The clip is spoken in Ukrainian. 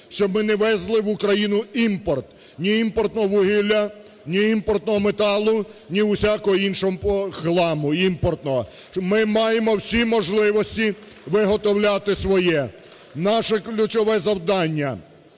щоб ми не везли в Україну імпорт: ні імпортного вугілля, ні імпортного металу, ні усякого іншого хламу імпортного. Ми маємо всі можливості виготовляти своє. Наша ключове завдання,